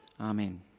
Amen